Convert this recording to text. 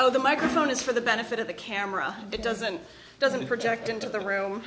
oh the microphone is for the benefit of the camera it doesn't doesn't project into the room